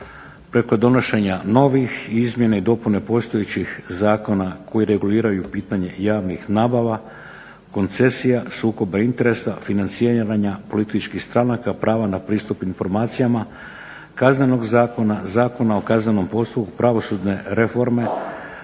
preko donošenja novih i izmjena i dopuna postojećih zakona koji reguliraju pitanje javnih nabava, koncesija, sukoba interesa, financiranja političkih stranaka, prava na pristup informacijama, Kaznenog zakona, Zakona o kaznenom postupku, pravosudne reforme